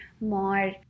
more